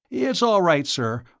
it's all right, sir.